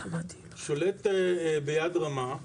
שולט ביד רמה,